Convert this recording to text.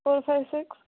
four five six